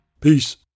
Peace